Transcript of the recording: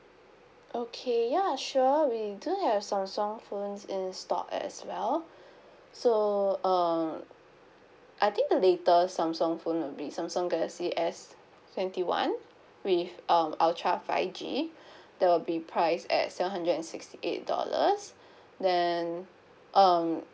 okay ya sure we do have samsung phones in stock as well so uh I think the latest samsung phone will be samsung galaxy S twenty one with um ultra five G that will be priced at seven hundred and sixty eight dollars then um